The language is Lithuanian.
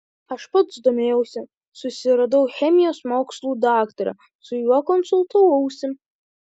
aš pats domėjausi susiradau chemijos mokslų daktarą su juo konsultavausi